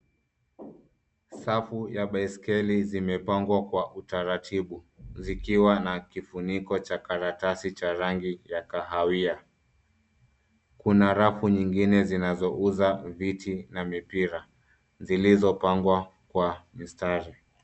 Safu ya baiskeli zimepangwa kwa utaratibu zikiwa na kifuniko cha karatasi cha rangi ya kahawia. Kuna rafu nyingine zinazouza viti na mipira zilizopangwa kwa mistari.